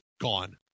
gone